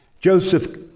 Joseph